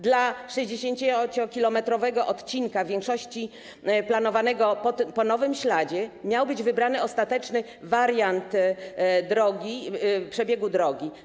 Dla 60-kilometrowego odcinka, w większości planowanego po nowym śladzie, miał być wybrany ostateczny wariant przebiegu drogi.